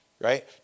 right